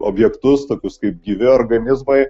objektus tokius kaip gyvi organizmai